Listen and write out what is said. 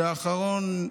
שהאחרון,